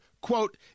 quote